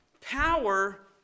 power